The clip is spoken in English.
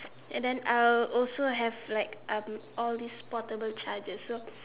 and then I'll also have like um all these portable chargers so